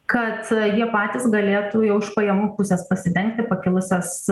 kad jie patys galėtų jau iš pajamų pusės pasidengti pakilusias